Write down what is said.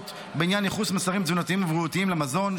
בעניין ייחוס מסרים תזונתיים ובריאותיים למזון,